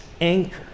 anchor